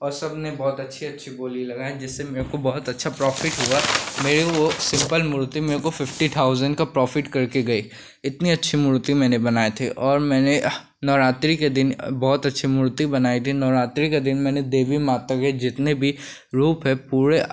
और सबने बहुत अच्छी अच्छी बोली लगाई जिससे मेरे को बहुत अच्छा प्रॉफ़िट हुआ मेरे को बहुत सिम्पल मूर्ति मेरे को फिफ्टी थाउजेन्ड का प्रॉफ़िट करके गई इतनी अच्छी मूर्ति मैंने बनाई थी और मैंने नवरात्रि के दिन बहुत अच्छी मूर्ति बनाई थी नवरात्रि के दिन मैंने देवी माता के जितने भी रूप हैं पूरे